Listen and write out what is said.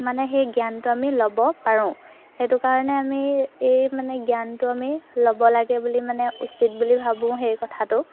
মানে সেই জ্ঞানটো আমি ল'ব পাৰোঁ সেইটো কাৰণে আমি এই মানে জ্ঞানটো আমি ল'ব লাগে বুলি মানে উচিত বুলি ভাবোঁ সেই কথাটো